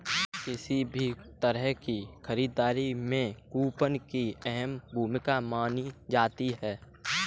किसी भी तरह की खरीददारी में कूपन की अहम भूमिका मानी जाती है